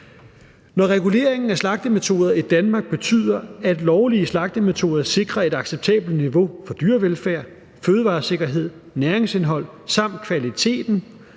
Når reguleringen af slagtemetoder i Danmark betyder, at lovlige slagtemetoder sikrer et acceptabelt niveau af dyrevelfærd, fødevaresikkerhed, næringsindhold samt kvaliteten